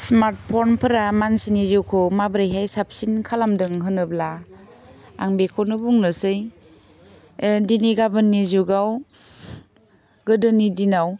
smart phone फोरा मानसिनि जिउखौ माब्रैहाय साबसिन खालामदों होनोब्ला आं बेखौनो बुंनोसै ओह दिनै गाबोननि जुगाव गोदोनि दिनाव